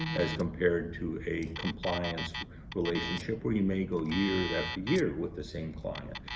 as compared to a compliance relationship where you may go years after years with the same client.